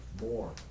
more